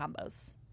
combos